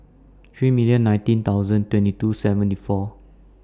three million nineteen thousand twenty two seventy four